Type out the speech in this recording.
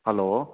hello